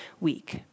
week